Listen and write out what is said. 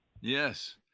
Yes